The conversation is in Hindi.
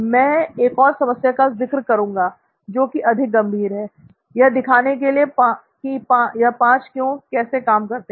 मैं एक और समस्या का जिक्र करुंगा जो कि अधिक गंभीर है यह दिखाने के लिए यह "5 क्यों" कैसे काम करते हैं